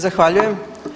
Zahvaljujem.